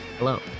Hello